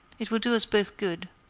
it will do us both good.